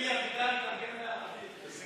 אלי אבידר יתרגם לערבית.